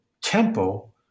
tempo